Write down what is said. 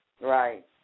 Right